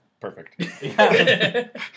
perfect